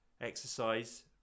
exercise